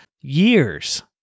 years